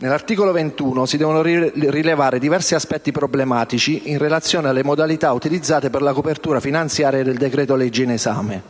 nell'articolo 21 si devono rilevare diversi aspetti problematici in relazione alle modalità utilizzate per la copertura finanziaria del decreto-legge in esame,